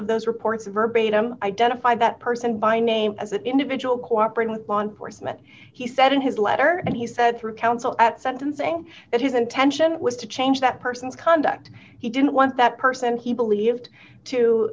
of those reports of verbatim identify that person by name as that individual co ops when with law enforcement he said in his letter and he said through counsel at sentencing that his intention was to change that person's conduct he didn't want that person he believed to